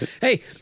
Hey